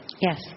yes